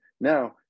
Now